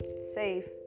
safe